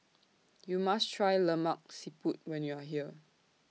YOU must Try Lemak Siput when YOU Are here